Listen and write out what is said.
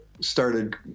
started